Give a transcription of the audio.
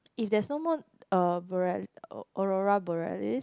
if there's no more uh Boreal~ Aurora Borealis